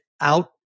out